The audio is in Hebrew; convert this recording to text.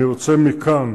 אני רוצה מכאן